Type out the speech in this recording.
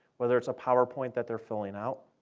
whether it's a powerpoint that they're filling out.